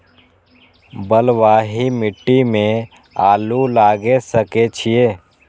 बलवाही मिट्टी में आलू लागय सके छीये?